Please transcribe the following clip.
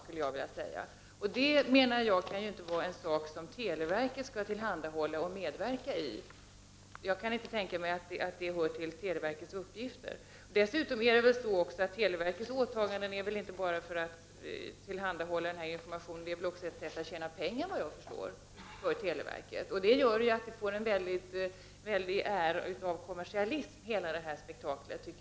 Jag menar att detta inte är en typ av verksamhet där televerket skall medverka eller tillhandahålla tjänster. Jag kan inte tänka mig att detta hör till televerkets uppgifter. Dessutom har väl inte televerket åtagit sig dessa uppgifter enbart för att tillhandahålla denna information, utan även för att tjäna pengar, såvitt jag förstår. Detta gör att det här spektaklet får en air av kommersialism.